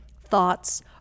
thoughts